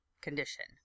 condition